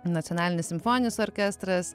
nacionalinis simfoninis orkestras